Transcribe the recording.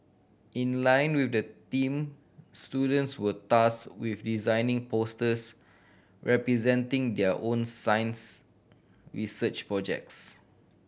in line with the theme students were tasked with designing posters representing their own science research projects